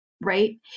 Right